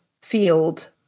field